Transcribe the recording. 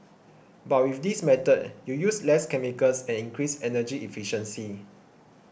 but with this method you use less chemicals and increase energy efficiency